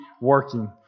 working